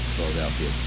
Philadelphia